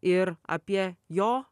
ir apie jo